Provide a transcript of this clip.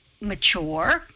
mature